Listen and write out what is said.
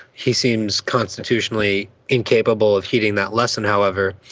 he seems constitutionally incapable of heeding that lesson however.